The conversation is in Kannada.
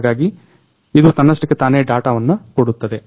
ಹಾಗಾಗಿ ಇದು ತನ್ನಷ್ಟಕ್ಕೆ ತಾನೆ ಡಾಟವನ್ನ ಕೊಡುತ್ತದೆ